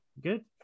good